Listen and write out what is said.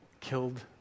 killed